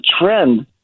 trend